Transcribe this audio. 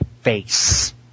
face